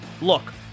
Look